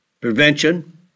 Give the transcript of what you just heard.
prevention